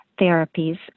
therapies